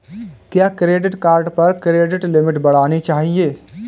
क्या credit card पर credit limit बढ़ानी चाहिए?